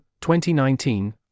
2019